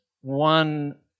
one